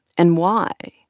and why?